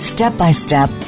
Step-by-step